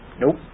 Nope